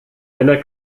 einer